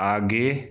आगे